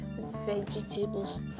vegetables